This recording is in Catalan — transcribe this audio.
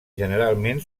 generalment